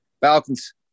Falcons